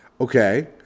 Okay